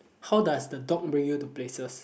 how does the dog bring you to places